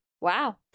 Wow